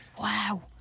Wow